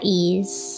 ease